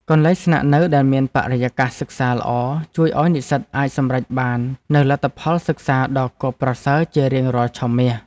កន្លែងស្នាក់នៅដែលមានបរិយាកាសសិក្សាល្អជួយឱ្យនិស្សិតអាចសម្រេចបាននូវលទ្ធផលសិក្សាដ៏គាប់ប្រសើរជារៀងរាល់ឆមាស។